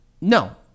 No